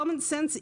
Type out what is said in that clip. קומנסנס,